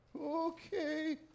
Okay